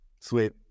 Sweet